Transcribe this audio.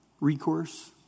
recourse